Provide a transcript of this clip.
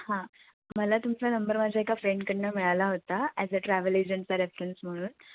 हां मला तुमचा नंबर माझ्या एका फ्रेंडकडून मिळाला होता ॲज अ ट्रॅव्हल एजंटचा रेफरन्स म्हणून